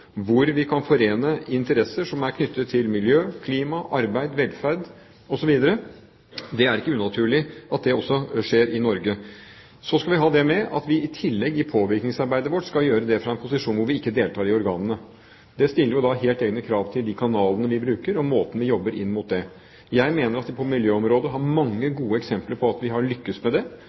hvor vi kan forene interesser som er knyttet til miljø, klima, arbeid, velferd osv. Det er ikke unaturlig at det også skjer i Norge. Så skal vi ha det med at vi i tillegg i påvirkningsarbeidet vårt skal gjøre det fra en posisjon hvor vi ikke deltar i organene. Det stiller helt egne krav til de kanalene vi bruker, og måten vi jobber inn mot dem. Jeg mener at vi på miljøområdet har mange gode eksempler på at vi har lyktes med det,